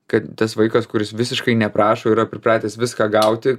kad tas vaikas kuris visiškai neprašo yra pripratęs viską gauti